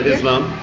Islam